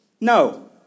No